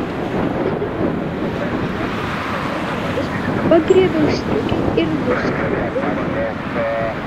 užsitempiau džinsus įšokau į šiltus batus pagriebiau striukę ir nuskridau žemyn